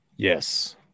Yes